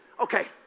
Okay